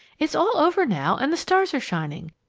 it's all over now, and the stars are shining.